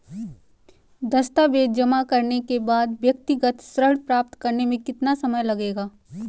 दस्तावेज़ जमा करने के बाद व्यक्तिगत ऋण प्राप्त करने में कितना समय लगेगा?